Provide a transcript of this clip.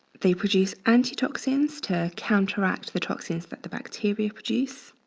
they produce antitoxins to counteract the toxins that the bacteria produce.